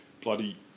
bloody